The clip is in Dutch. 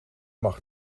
mag